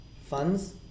funds